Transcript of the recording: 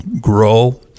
grow